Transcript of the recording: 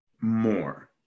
more